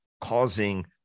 causing